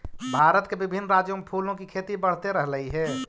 भारत के विभिन्न राज्यों में फूलों की खेती बढ़ते रहलइ हे